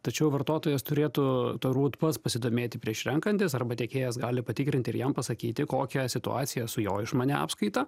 tačiau vartotojas turėtų turbūt pats pasidomėti prieš renkantis arba tiekėjas gali patikrinti ir jam pasakyti kokią situaciją su jo išmania apskaita